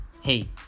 hey